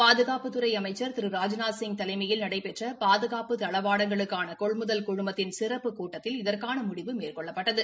பாதுகாப்புத்துறை அமைச்ச் திரு ராஜ்நாத்சிங் தலைமையில் நடைபெற்ற பாதுகாப்பு தளவாடங்களுக்கான கொள்முதல் குழுமத்தின் சிறப்புக் கூட்டத்தில் இதற்கான முடிவு மேற்கொள்ளப்பட்டது